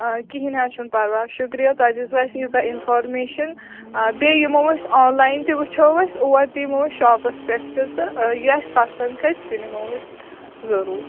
آ کِہینٛۍ نہَ حظ چھُنہٕ پَرواے شُکرِیہ تۄہہِ دِیُتوٕ اَسہِ ییٖژاہ اِنفارمیشن آ بیٚیہِ یِمو أسۍ آن لایَن تہِ وُچھَو أسۍ اور تہِ یِمو أسۍ شاپس پٮ۪ٹھ تہِ تہٕ یہِ اَسہِ پسنٛد کَھسہِ تہِ نِمو أسۍ ضروٗر